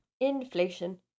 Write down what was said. Inflation